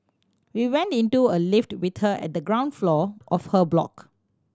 we went into a lift with her at the ground floor of her block